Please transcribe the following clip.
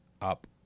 up